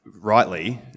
rightly